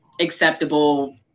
acceptable